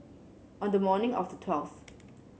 on the morning of the twelfth